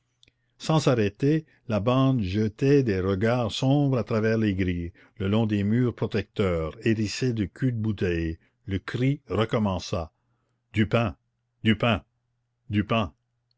sans s'arrêter la bande jetait des regards sombres à travers les grilles le long des murs protecteurs hérissés de culs de bouteille le cri recommença du pain du pain du pain